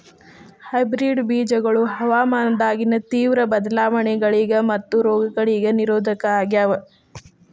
hybrid ಬೇಜಗೊಳ ಹವಾಮಾನದಾಗಿನ ತೇವ್ರ ಬದಲಾವಣೆಗಳಿಗ ಮತ್ತು ರೋಗಗಳಿಗ ನಿರೋಧಕ ಆಗ್ಯಾವ